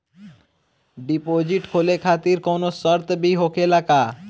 Deposit खोले खातिर कौनो शर्त भी होखेला का?